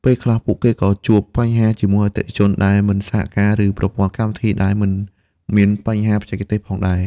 ពេលខ្លះពួកគេក៏ជួបបញ្ហាជាមួយអតិថិជនដែលមិនសហការ ឬប្រព័ន្ធកម្មវិធីដែលមានបញ្ហាបច្ចេកទេសផងដែរ។